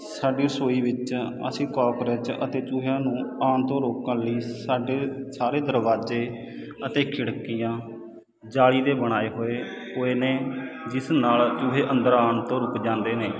ਸਾਡੀ ਰਸੋਈ ਵਿੱਚ ਅਸੀਂ ਕੋਕਰੇਚ ਅਤੇ ਚੂਹਿਆਂ ਨੂੰ ਆਉਣ ਤੋਂ ਰੋਕਣ ਲਈ ਸਾਡੇ ਸਾਰੇ ਦਰਵਾਜ਼ੇ ਅਤੇ ਖਿੜਕੀਆਂ ਜਾਲੀ ਦੇ ਬਣਾਏ ਹੋਏ ਹੋਏ ਨੇ ਜਿਸ ਨਾਲ ਚੂਹੇ ਅੰਦਰ ਆਉਣ ਤੋਂ ਰੁਕ ਜਾਂਦੇ ਨੇ